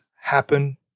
happen